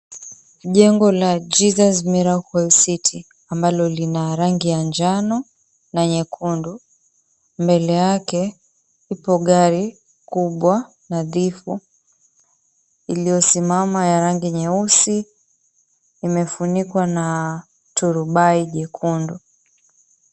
Jengo la Jesus Miracle City ambalo lina rangi ya njano na nyekundu. Mbele yake ipo gari kubwa, nadhifu, iliyosimama ya rangi nyeusi imefunikwa na turubai jekundu.